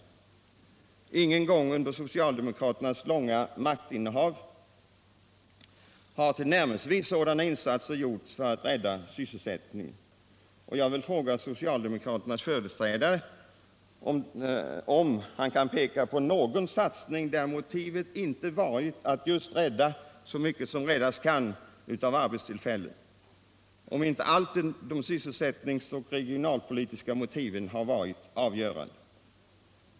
Ingen gång under socialdemokraternas långa maktinnehav har tillnärmelsevis så stora insatser gjorts för att rädda sysselsättningen. Och jag vill fråga socialdemokraternas företrädare om han kan peka på någon satsning där motivet inte har varit att just rädda så mycket som räddas kan av arbetstillfällen, och om inte de sysselsättningsoch regionalpolitiska motiven alltid har varit avgörande.